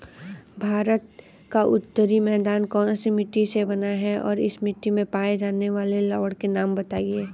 भारत का उत्तरी मैदान कौनसी मिट्टी से बना है और इस मिट्टी में पाए जाने वाले लवण के नाम बताइए?